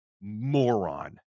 moron